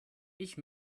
ich